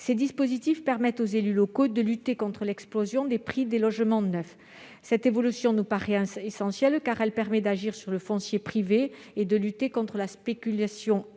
tels dispositifs permettent aux élus locaux de lutter contre l'explosion du prix des logements neufs. Cet effort nous paraît essentiel, car il permet d'agir sur le foncier privé et de contrecarrer la spéculation